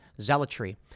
zealotry